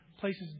Places